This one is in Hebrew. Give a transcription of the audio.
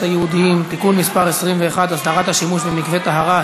היהודיים (תיקון מס' 21) (הסדרת השימוש במקווה טהרה),